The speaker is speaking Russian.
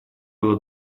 было